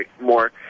more